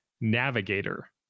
navigator